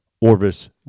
Orvis